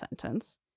sentence